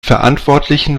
verantwortlichen